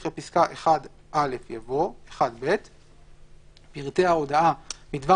אחרי פסקה (1א) יבוא: "(1ב)פרטי ההודעה בדבר